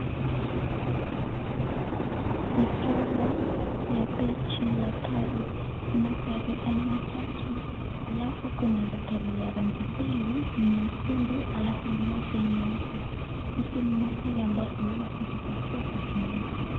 Benchi ya gari, kuna gari aina tatu, alafu kuna gari ya rangi mbili nyekundu alafu moja nyeupe gari ambazo vinauzwa